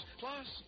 plus